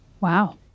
Wow